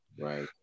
Right